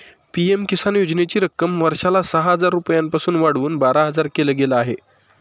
PM Kisan योजनेची रक्कम वर्षाला सहा हजार रुपयांपासून वाढवून बारा हजार केल गेलं आहे